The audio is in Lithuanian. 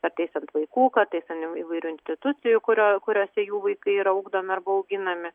kartais ant vaikų kartais ant įvairių institucijų kurio kuriose jų vaikai yra ugdomi ar bauginami